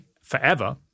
forever